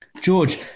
George